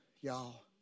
y'all